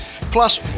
Plus